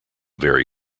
very